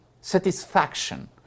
satisfaction